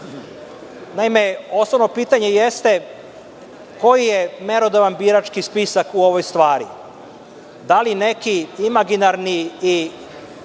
osnovno pitanje jeste koji je merodavan birački spisak u ovoj stvari? Da li neki imaginarni i